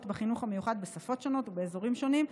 בחינוך המיוחד בשפות שונות ובאזורים שונים,